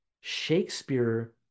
Shakespeare